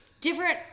different